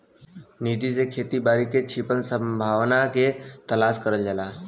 नीति से खेती बारी में छिपल संभावना के तलाश करल जाला